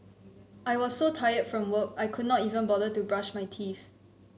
I was so tired from work I could not even bother to brush my teeth